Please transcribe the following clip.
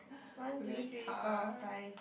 one two three four five